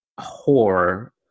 horror